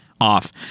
off